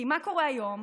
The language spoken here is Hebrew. מה קורה היום?